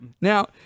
Now